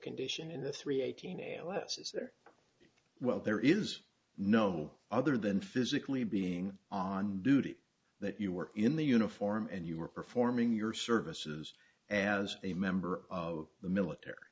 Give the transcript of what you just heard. condition in the three eighteen a l s is there well there is no other than physically being on duty that you were in the uniform and you were performing your services as a member of the military